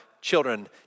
children